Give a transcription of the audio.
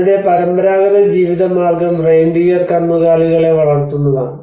അവരുടെ പരമ്പരാഗത ജീവിതമാർഗം റെയിൻഡിയർ കന്നുകാലികളെ വളർത്തുന്നതാണ്